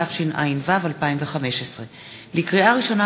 התשע"ו 2015. לקריאה ראשונה,